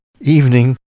evening